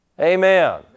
Amen